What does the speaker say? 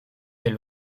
del